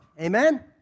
Amen